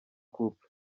couple